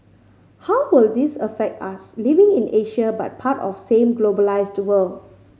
how will this affect us living in Asia but part of same globalised world